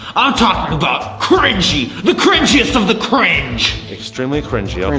ah talking about cringe-y, the cringe-iest of the cringe. extremely cringe-y, i mean